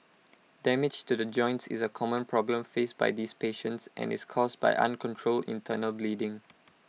damage to the joints is A common problem faced by these patients and is caused by uncontrolled internal bleeding